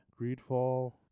Greedfall